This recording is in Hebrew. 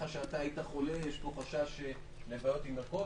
שהיית חולה יש פה חשש לבעיות עם ערכות,